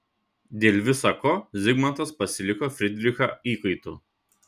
dėl visa ko zigmantas pasiliko fridrichą įkaitu